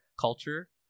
culture